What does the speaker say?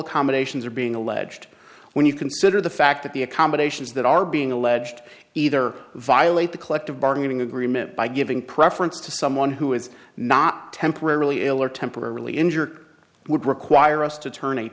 accommodations are being alleged when you consider the fact that the accommodations that are being alleged either violate the collective bargaining agreement by giving preference to someone who is not temporarily ill or temporarily injured would require us to turn a